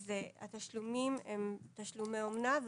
אז התשלומים הם תשלומי אומנה,